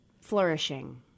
flourishing